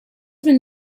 been